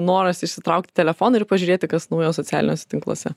noras išsitraukti telefoną ir pažiūrėti kas naujo socialiniuose tinkluose